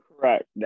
Correct